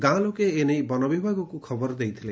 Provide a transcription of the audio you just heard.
ଗାଁ ଲୋକେ ଏନେଇ ବନ ବିଭାଗକୁ ଖବର ଦେଇଥିଲେ